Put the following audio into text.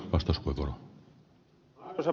arvoisa puhemies